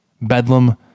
bedlam